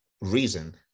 reason